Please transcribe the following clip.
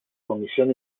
comisión